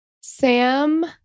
Sam